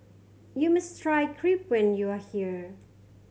you must try Crepe when you are here